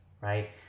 Right